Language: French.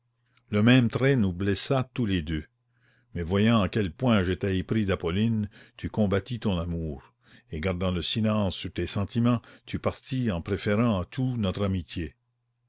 le même trait nous blessa tous les deux mais voyant à quel point j'étais épris d'appolline tu combattis ton amour et gardant le silence sur tes sentimens tu partis en préférant à tout notre amitié